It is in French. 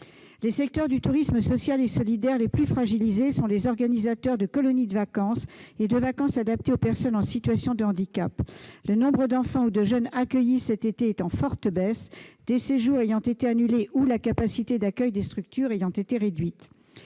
Les secteurs du tourisme social et solidaire les plus fragilisés sont les organisateurs de colonies de vacances et de vacances adaptées aux personnes en situation de handicap. Le nombre d'enfants ou de jeunes accueillis cet été est en forte baisse, car des séjours ont été annulés ou la capacité d'accueil des structures a été réduite.